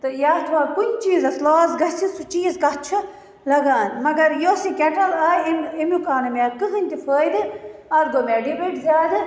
تہٕ یتھ وۅنۍ کُنہِ چیٖزَس لاس گَژھِ سُہ چیٖز کتھ چھُ لَگان مگر یۅس یہِ کیٚٹَل آیہِ أمۍ اَمیُک آو نہٕ کِہیٖنٛۍ تہِ فٲیِدٕ اتھ گوٚو مےٚ ڈیٚبِٹ زیادٕ